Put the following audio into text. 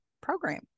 program